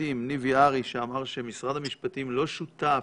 המשפטים ניב יערי שאמר שמשרד המשפטים לא שותף,